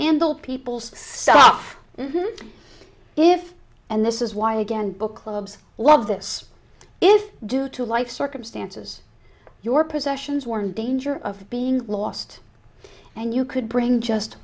handle people's stuff if and this is why again book clubs love this if due to life's circumstances your possessions were in danger of being lost and you could bring just